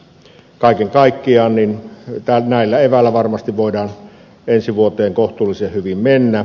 kaiken kaikkiaan näillä eväillä varmasti voidaan ensi vuoteen kohtuullisen hyvin mennä